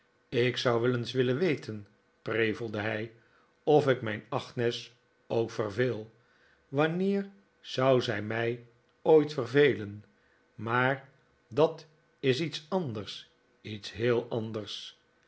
ik zou wel eens willen weten prevelde hij of ik mijn agnes ook verveel wanneer zou zij mij ooit vervelen maar dat is iets anders iets heel anders